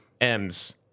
M's